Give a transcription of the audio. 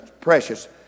precious